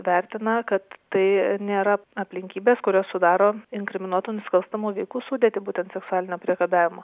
vertina kad tai nėra aplinkybės kurios sudaro inkriminuotų nusikalstamų veikų sudėtį būtent seksualinio priekabiavimo